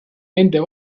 nende